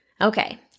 Okay